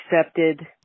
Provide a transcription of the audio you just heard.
accepted